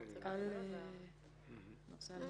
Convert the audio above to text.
אבל גם אז יש פספוסים.